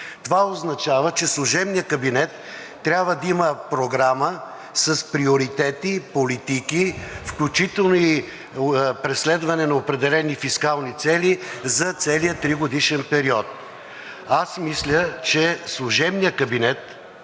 Това означава, че служебният кабинет трябва да има програма с приоритети и политики, включително и преследване на определени фискални цели за целия тригодишен период. Аз мисля, че служебният кабинет